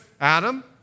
Adam